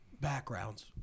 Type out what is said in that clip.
Backgrounds